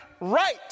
right